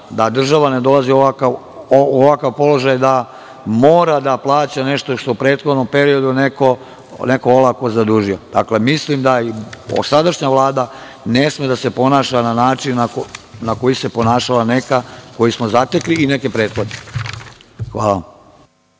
da država ne dolazi u ovakav položaj da mora da plaća nešto što je u prethodnom periodu neko olako zadužio. Mislim da sadašnja Vlada ne sme da se ponaša na način na koji se ponašala neka koju smo zatekli i neke prethodne. Hvala.